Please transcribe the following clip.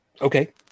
okay